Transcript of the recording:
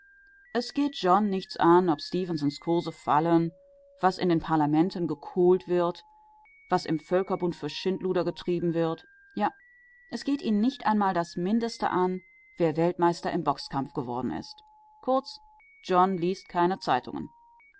es geht john nichts an ob stefensons kurse fallen was in den parlamenten gekohlt wird oder was im völkerbund für schindluder getrieben wird ja es geht ihn nicht einmal das mindeste an wer weltmeister im boxkampf geworden ist kurz john liest keine zeitungen